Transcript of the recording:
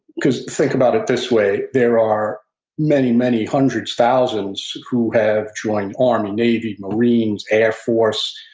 because think about it this way there are many, many hundreds, thousands, who have joined army, navy marines, air force,